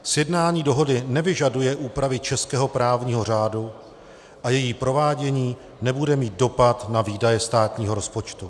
Sjednání dohody nevyžaduje úpravy českého právního řádu a její provádění nebude mít dopad na výdaje státního rozpočtu.